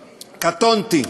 קטונתי.